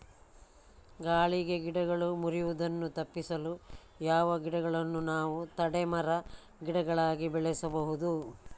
ಗಾಳಿಗೆ ಗಿಡಗಳು ಮುರಿಯುದನ್ನು ತಪಿಸಲು ಯಾವ ಗಿಡಗಳನ್ನು ನಾವು ತಡೆ ಮರ, ಗಿಡಗಳಾಗಿ ಬೆಳಸಬಹುದು?